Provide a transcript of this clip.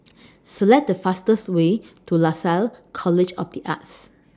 Select The fastest Way to Lasalle College of The Arts